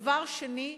דבר שני,